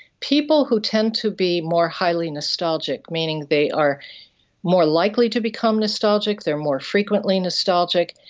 people who tend to be more highly nostalgic, meaning they are more likely to become nostalgic, they are more frequently nostalgic,